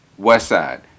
Westside